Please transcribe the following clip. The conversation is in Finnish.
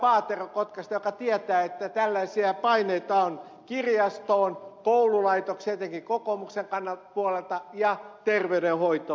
paatero kotkasta joka tietää että tällaisia paineita on kirjastoon koululaitokseen etenkin kokoomuksen puolelta ja terveydenhoitoon